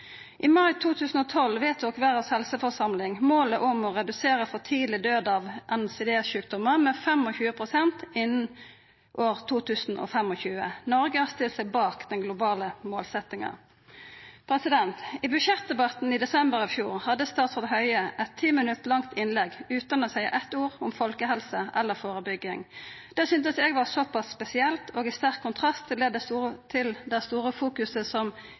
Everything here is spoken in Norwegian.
I mai 2012 vedtok Verdas helseforsamling målet om å redusera for tidleg død av NCD-sjukdommane med 25 pst. innan 2025. Noreg har stilt seg bak den globale målsettinga. I budsjettdebatten i desember i fjor hadde statsråd Høie eit 10 minutt langt innlegg utan å seia eitt ord om folkehelse eller førebygging. Det syntest eg var ganske spesielt og stod i sterk kontrast til den store fokuseringa som